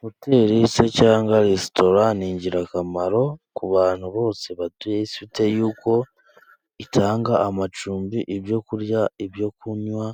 Hoteri se cyangwa resitora ni ingirakamaro ku bantu bose batuye is,i bitewe nuko itanga amacumbi, ibyo kurya, ibyo kunywa